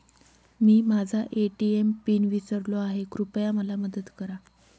मी माझा ATM PIN विसरलो आहे, कृपया मला मदत करा